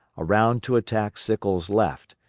around to attack sickles' left,